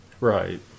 Right